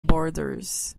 borders